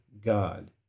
God